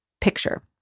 picture